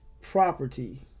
property